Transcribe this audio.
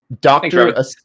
Doctor